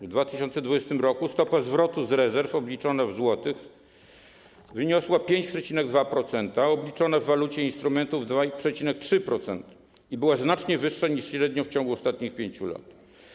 W 2020 r. stopa zwrotu z rezerw obliczona w złotych wyniosła 5,2%, obliczona w walucie instrumentów - 2,3% i była znacznie wyższa niż średnio w ciągu ostatnich 5 lat.